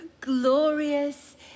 glorious